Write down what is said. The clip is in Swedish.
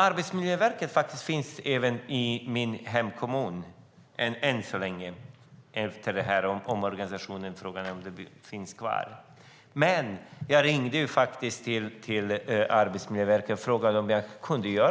Arbetsmiljöverket finns även i min hemkommun, än så länge - frågan är om det finns kvar efter omorganisationen. Jag ringde till Arbetsmiljöverket och frågade om jag kunde få